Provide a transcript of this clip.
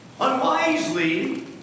Unwisely